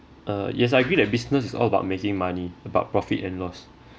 uh yes I agree that business is all about making money about profit and loss